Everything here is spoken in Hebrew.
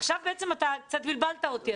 עכשיו בעצם אתה קצת בלבלת אותי.